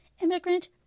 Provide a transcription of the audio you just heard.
immigrant